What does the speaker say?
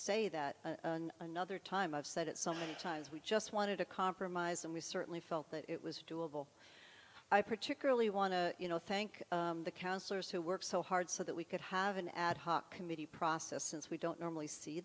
say that another time i've said it so many times we just wanted a compromise and we certainly felt that it was doable i particularly want to you know thank the counselors who worked so hard so that we could have an ad hoc committee process since we don't normally see